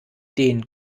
den